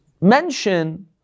mention